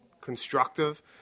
constructive